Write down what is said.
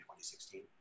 2016